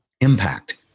impact